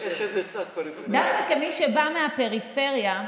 יש איזה צד, דווקא כמי שבאה מהפריפריה,